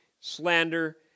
slander